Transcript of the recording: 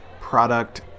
product